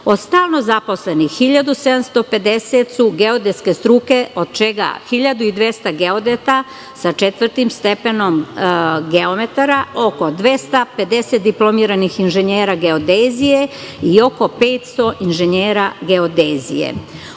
stalno zaposlenih 1.750 su geodetske struke, od čega 1.200 geodeta sa četvrtim stepenom geometara, oko 250 diplomiranih inženjera geodezije i oko 500 inženjera geodezije.